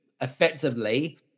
effectively